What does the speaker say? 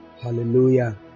Hallelujah